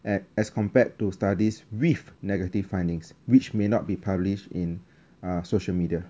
a~ as compared to studies with negative findings which may not be published in uh social media